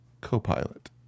Co-pilot